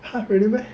!huh! really meh